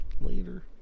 Later